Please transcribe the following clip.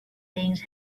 things